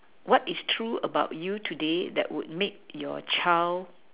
what is true about you today that would make your child